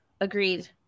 agreed